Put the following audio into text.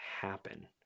happen